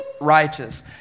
righteous